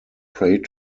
prayed